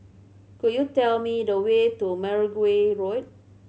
could you tell me the way to Mergui Road